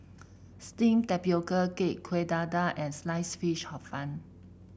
steamed Tapioca Cake Kueh Dadar and Sliced Fish Hor Fun